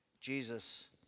Jesus